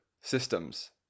systems